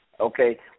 Okay